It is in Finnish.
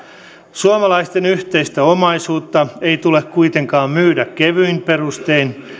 suomalaisten yhteistä omaisuutta ei tule kuitenkaan myydä kevyin perustein